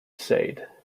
said